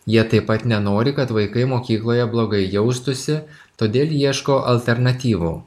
jie taip pat nenori kad vaikai mokykloje blogai jaustųsi todėl ieško alternatyvų